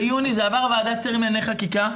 ביוני זה עבר ועדת שרים לענייני חקיקה,